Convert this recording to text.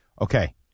Okay